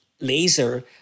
laser